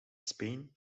spain